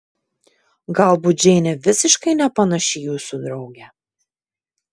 galbūt džeinė visiškai nepanaši į jūsų draugę